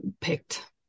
picked